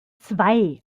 zwei